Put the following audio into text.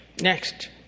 Next